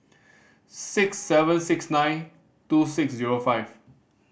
six seven six nine two six zero five